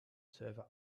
server